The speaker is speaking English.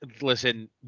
listen